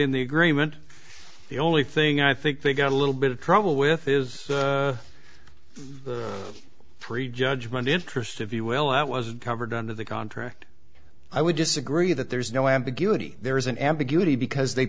in the agreement the only thing i think they've got a little bit of trouble with is the pre judgment interest if you will at wasn't covered under the contract i would disagree that there's no ambiguity there is an ambiguity because they